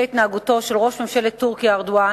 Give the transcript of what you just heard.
התנהגותו של ראש ממשלה טורקיה ארדואן.